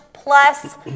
plus